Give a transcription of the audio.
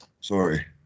sorry